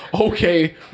okay